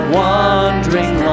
wandering